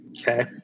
Okay